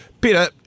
Peter